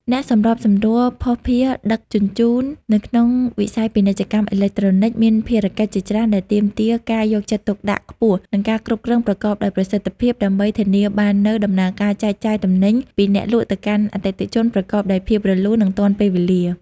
អ្នកសម្របសម្រួលភស្តុភារដឹកជញ្ជូននៅក្នុងវិស័យពាណិជ្ជកម្មអេឡិចត្រូនិក មានភារកិច្ចជាច្រើនដែលទាមទារការយកចិត្តទុកដាក់ខ្ពស់ និងការគ្រប់គ្រងប្រកបដោយប្រសិទ្ធភាព ដើម្បីធានាបាននូវដំណើរការចែកចាយទំនិញពីអ្នកលក់ទៅកាន់អតិថិជនប្រកបដោយភាពរលូន និងទាន់ពេលវេលា។